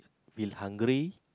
feel hungry